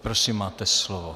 Prosím, máte slovo.